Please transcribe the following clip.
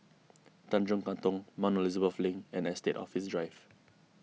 Tanjong Katong Mount Elizabeth Link and Estate Office Drive